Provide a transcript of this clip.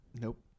Nope